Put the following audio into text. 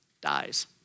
dies